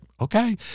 okay